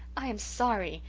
i am sorry,